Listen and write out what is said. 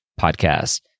podcast